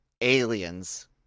aliens